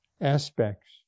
aspects